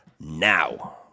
now